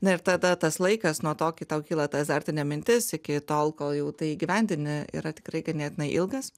na ir tada tas laikas nuo to kai tau kyla ta azartinė mintis iki tol kol jau tai įgyvendini yra tikrai ganėtinai ilgas